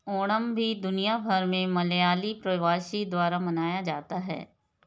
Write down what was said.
ओणम भी दुनिया भर में मलयाली प्रवासी द्वारा मनाया जाता है